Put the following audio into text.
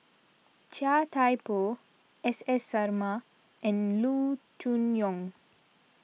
Chia Thye Poh S S Sarma and Loo Choon Yong